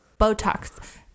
Botox